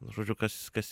žodžiu kas kas